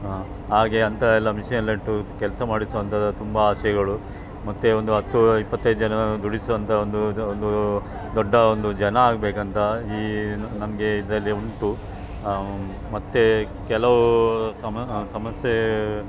ಹಾಗೆ ಅಂಥದ್ದೆಲ್ಲ ಮಿಷಿನ್ನೆಲ್ಲ ಇಟ್ಟು ಕೆಲಸ ಮಾಡಿಸುವಂಥ ತುಂಬ ಆಸೆಗಳು ಮತ್ತು ಒಂದು ಹತ್ತು ಇಪ್ಪತ್ತೈದು ಜನರನ್ನು ದುಡಿಸುವಂತ ಒಂದು ಇದು ಒಂದು ದೊಡ್ಡ ಒಂದು ಜನ ಆಗಬೇಕಂತ ಈ ನನಗೆ ಇದರಲ್ಲಿ ಉಂಟು ಮತ್ತು ಕೆಲವು ಸಮ ಸಮಸ್ಯೆ